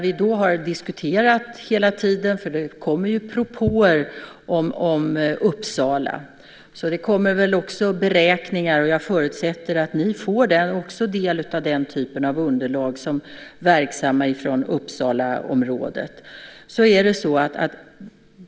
Vi har diskuterat hela tiden. Det kommer ju propåer om Uppsala. Det kommer väl också beräkningar. Jag förutsätter att ni får ta del av den typen av underlag som verksamma från Uppsalaområdet.